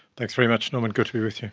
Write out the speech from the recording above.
thanks very much norman, good to be with you.